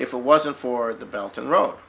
if it wasn't for the belt and ro